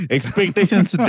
Expectations